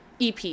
EP